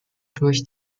durch